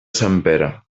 sempere